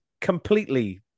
completely